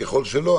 ככל שלא,